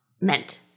meant